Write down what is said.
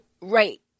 right